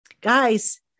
guys